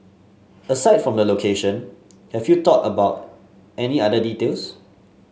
aside from the location have you thought about any other details